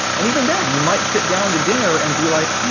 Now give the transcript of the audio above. and even then, you might sit down to dinner and be like,